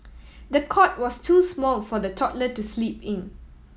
the cot was too small for the toddler to sleep in